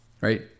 right